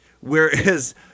Whereas